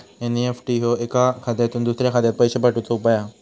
NEFT ह्यो एका खात्यातुन दुसऱ्या खात्यात पैशे पाठवुचो उपाय हा